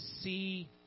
see